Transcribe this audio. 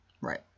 Right